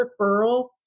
referral